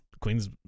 Queens